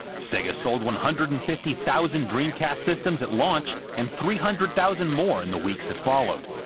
sega sold one hundred and fifty thousand dreamcast systems at launch, and three hundred thousand more in the weeks that followed,